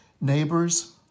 neighbors